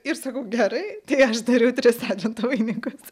ir sakau gerai tai aš dariau tris advento vainikus